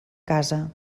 casa